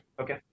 Okay